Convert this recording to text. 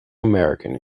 american